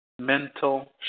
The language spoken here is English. Mental